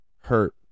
hurt